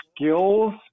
skills